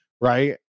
right